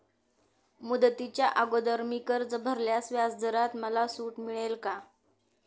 मुदतीच्या अगोदर मी कर्ज भरल्यास व्याजदरात मला सूट मिळेल का?